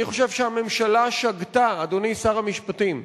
אני חושב שהממשלה שגתה, אדוני שר המשפטים.